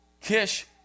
Kish